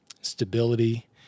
stability